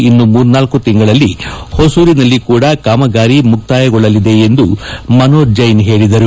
ಇನ್ನು ಮೂರ್ನಾಲ್ಕು ತಿಂಗಳಲ್ಲಿ ಹೊಸೂರಿನಲ್ಲಿ ಕೂಡ ಕಾಮಗಾರಿ ಮುಕ್ತಾಯಗೊಳ್ಳಲಿದೆ ಎಂದು ಮನೋಜ್ ಜೈನ್ ಹೇಳಿದರು